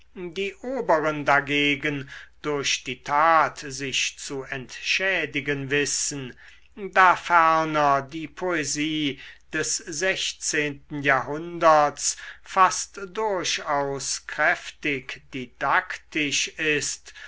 die oberen dagegen durch die tat sich zu entschädigen wissen da ferner die poesie des sechzehnten jahrhunderts fast durchaus kräftig didaktisch ist